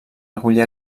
recollir